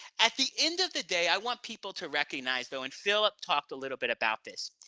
at the end of the day, i want people to recognize though, and phillip talked a little bit about this,